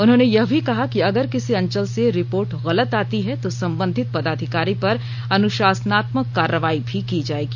उन्होंने यह भी कहा कि अगर किसी अंचल से रिपोर्ट गलत आती है तो संबंधित पदाधिकारी पर अनुशासनात्मक कार्रवाई भी की जाएगी